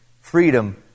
freedom